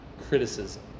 criticism